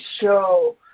show